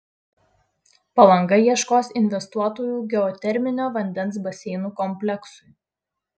palanga ieškos investuotojų geoterminio vandens baseinų kompleksui